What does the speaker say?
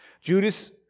Judas